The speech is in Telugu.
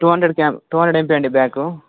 టూ హండ్రెడ్ క టూ హండ్రెడ్ ఎమ్పీ అండి బ్యాక్